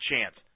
chance